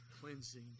cleansing